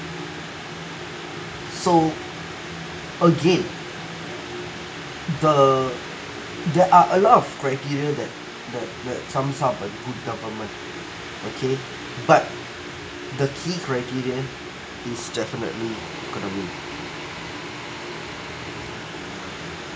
so again the there are a lot of criteria that that that sums up a good government okay but the key criteria is definitely economy